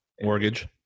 Mortgage